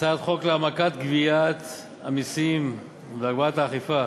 הצעת חוק להעמקת גביית המסים והגברת האכיפה